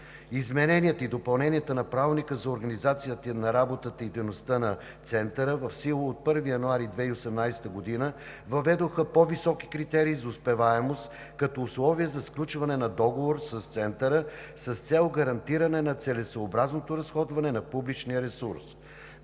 Измененията и допълненията на Правилника за организацията и дейността на Центъра, в сила от 1 януари 2018 г., въведоха по-високи критерии за успеваемост, като условие за сключване на договор с Центъра, с цел гарантиране на целесъобразното разходване на публичния ресурс.